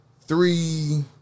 three